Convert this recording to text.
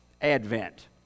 advent